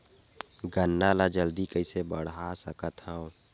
गन्ना ल जल्दी कइसे बढ़ा सकत हव?